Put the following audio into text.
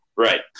Right